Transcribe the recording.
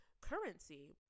currency